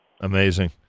Amazing